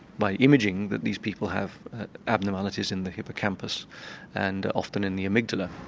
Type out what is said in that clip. by imaging, that these people have abnormalities in the hippocampus and often in the amygdala.